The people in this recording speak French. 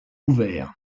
ouvert